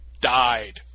died